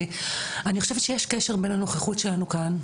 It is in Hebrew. שאני חושבת שיש קשר בין הנוכחות שלנו כאן,